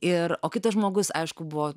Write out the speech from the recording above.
ir o kitas žmogus aišku buvo